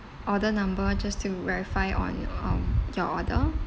order number just to verify on um your order